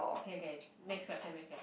okay okay next question next question